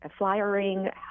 flyering